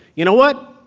you know what,